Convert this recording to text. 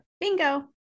Bingo